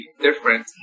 different